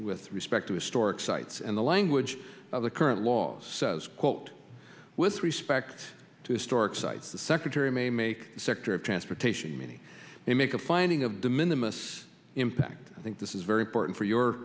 ith respect to historic sites and the language of the current laws says quote with respect to historic sites the secretary may make sector of transportation many may make a finding of de minimus impact i think this is very important for your